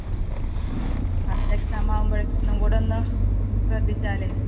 ആ അടുത്ത എക്സാം ആവുമ്പോഴേക്കും ഒന്നും കൂടെ ഒന്ന് ശ്രദ്ധിച്ചാലേ